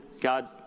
God